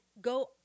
go